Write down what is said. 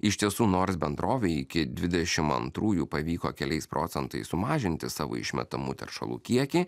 iš tiesų nors bendrovė iki dvidešim antrųjų pavyko keliais procentais sumažinti savo išmetamų teršalų kiekį